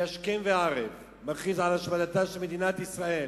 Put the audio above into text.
שהשכם והערב מכריז על השמדתה של מדינת ישראל,